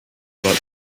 but